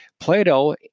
Plato